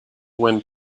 when